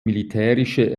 militärische